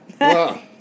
Wow